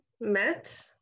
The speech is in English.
met